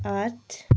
आठ